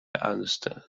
understand